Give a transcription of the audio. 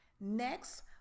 next